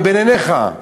מבין עיניך.